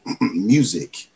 music